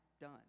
done